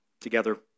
together